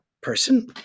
person